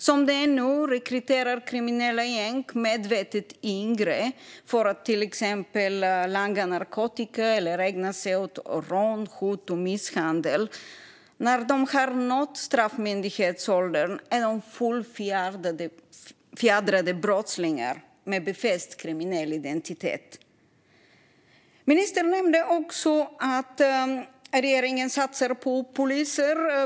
Som det är nu rekryterar kriminella gäng medvetet yngre för att till exempel langa narkotika eller ägna sig åt rån, hot och misshandel. När de har nått straffmyndighetsåldern är de fullfjädrade brottslingar med befäst kriminell identitet. Ministern nämnde också att regeringen satsar på poliser.